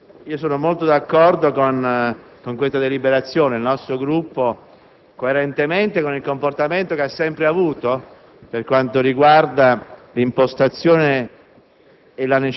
sono d'accordo con questa deliberazione. Il nostro Gruppo, coerentemente con il comportamento che ha sempre avuto per quanto riguarda l'impostazione